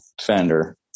fender